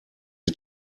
die